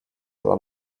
dla